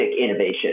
innovation